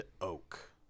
oak